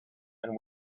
and